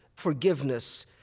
forgiveness,